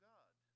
God